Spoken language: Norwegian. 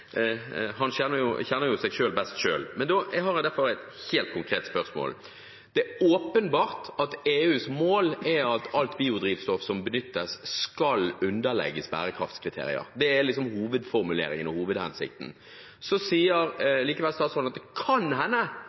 han kjenner seg selv best. Jeg har derfor et helt konkret spørsmål. Det er åpenbart at EUs mål er at alt biodrivstoff som benyttes, skal underlegges bærekraftskriterier. Det er liksom hovedformuleringen og hovedhensikten. Statsråden sier likevel at det kan